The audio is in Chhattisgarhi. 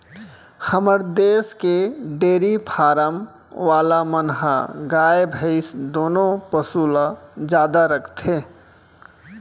हमर देस के डेरी फारम वाला मन ह गाय भईंस दुनों पसु ल जादा राखथें